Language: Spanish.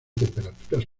temperaturas